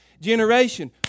generation